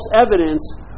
evidence